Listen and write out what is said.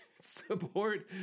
support